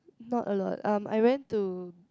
not a lot um I went to